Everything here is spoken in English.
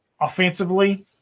offensively